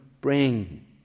bring